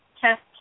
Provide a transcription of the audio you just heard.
test